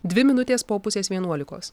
dvi minutės po pusės vienuolikos